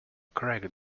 crack